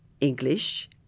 English